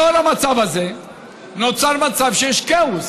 לאור המצב הזה נוצר מצב שיש כאוס,